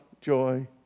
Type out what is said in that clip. joy